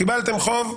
קיבלתם חוב,